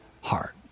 heart